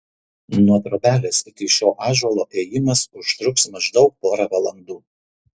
nuo trobelės iki šio ąžuolo ėjimas teužtruks maždaug porą valandų